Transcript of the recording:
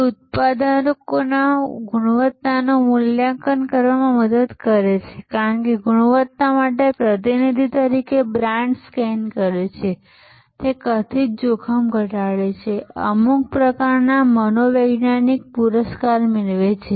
તે ઉત્પાદનોની ગુણવત્તાનું મૂલ્યાંકન કરવામાં મદદ કરે છે કારણ કે ગુણવત્તા માટે પ્રતિનિધિ તરીકે બ્રાન્ડ સ્કેન કરે છે તે કથિત જોખમ ઘટાડે છે અને અમુક પ્રકારના મનોવૈજ્ઞાનિક પુરસ્કાર બનાવે છે